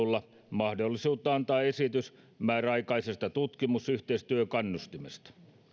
mahdollisuutta antaa esitys määräaikaisesta tutkimusyhteistyökannustimesta